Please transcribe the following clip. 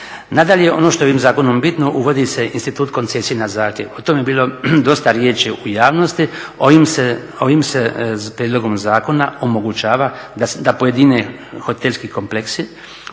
Nadalje, ovo što je ovim zakonom bitno uvodi se institut koncesije na zahtjev. O tome je bilo dosta riječi u javnosti. Ovim se prijedlogom zakona omogućava da pojedini hotelski kompleksi